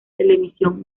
televisión